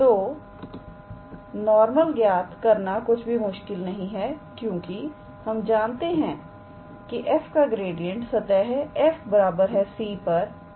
तोनॉर्मल ज्ञात करना कुछ भी मुश्किल नहीं है क्योंकि हम जानते हैं कि f का ग्रेडिएंट सतह 𝑓𝑥 𝑦 𝑧 𝑐 पर परपेंडिकुलर है